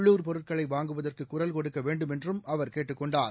உள்ளூர் பொருட்களை வாங்குவதற்கு குரல் கொடுக்க வேண்டுமென்றும் அவர் கேட்டுக் கொண்டார்